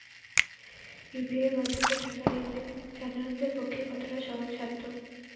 UPI এর মাধ্যমে টাকা লেন দেন সাধারনদের পক্ষে কতটা সহজসাধ্য?